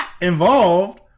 involved